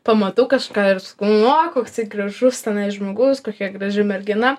pamatau kažką ir sakau nu o koksai gražus tenais žmogus kokia graži mergina